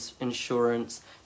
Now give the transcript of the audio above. insurance